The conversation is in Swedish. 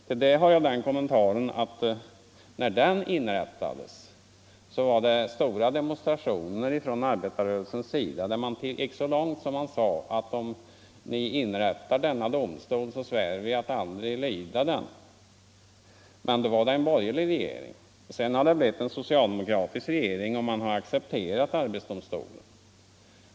Till det har jag den kommentaren att när den inrättades var det stora demonstrationer från arbetarrörelsens sida, där man gick så långt att man sade: Om ni inrättar denna domstol svär vi att aldrig lyda den. Då var det en borgerlig regering. Sedan har det blivit en socialdemokratisk regering och man har accepterat arbetsdomstolen.